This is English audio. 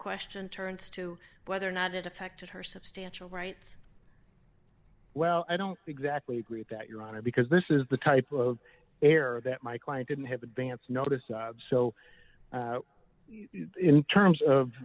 question turns to whether or not it affected her substantial rights well i don't exactly agree with that your honor because this is the type of error that my client didn't have advance notice so in terms of